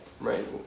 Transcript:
right